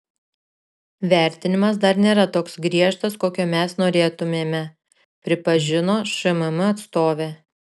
vertinimas dar nėra toks griežtas kokio mes norėtumėme pripažino šmm atstovė